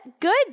Good